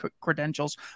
credentials